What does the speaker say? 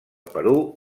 perú